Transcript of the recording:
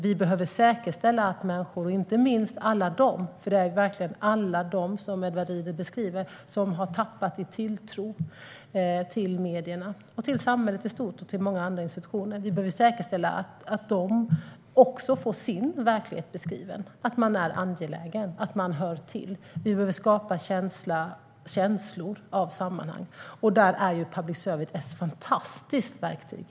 Vi behöver säkerställa att människor, inte minst alla de som Edward Riedl beskriver, som har tappat i tilltro till medierna, till samhället i stort och till många andra institutioner får sin verklighet beskriven och kan känna tillhörighet. Vi behöver skapa känslor av sammanhang. Där är public service ett fantastiskt verktyg.